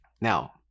Now